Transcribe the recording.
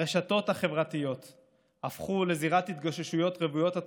הרשתות החברתיות הפכו לזירת התגוששויות רוויות התקפות,